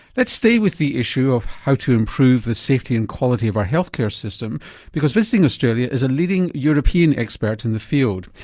let's stay with the issue of how to improve the safety and quality of our health care system because visiting australia is a leading european expert in the field.